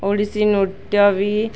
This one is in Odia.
ଓଡ଼ିଶୀ ନୃତ୍ୟ ବି